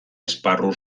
esparru